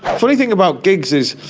funny thing about gigs is.